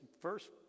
first